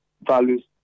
values